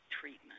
treatment